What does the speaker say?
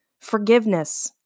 forgiveness